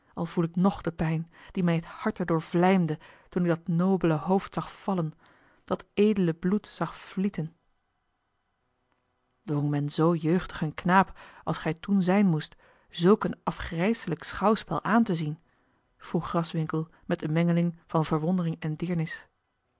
al voel ik ng pijn die mij het harte doorvlijmde toen ik dat nobele hoofd zag vallen dat edele bloed zag vlieten dwong men zoo jeugdig een knaap als gij toen zijn moest zulk een afgrijselijk schouwspel aan te zien vroeg graswinckel met eene mengeling van verwondering en deernis